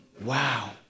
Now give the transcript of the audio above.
Wow